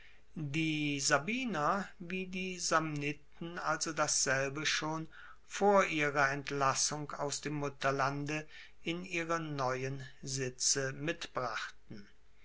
die sabiner wie die samniten also dasselbe schon vor ihrer entlassung aus dem mutterlande in ihre neuen sitze mitbrachten